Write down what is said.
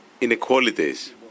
inequalities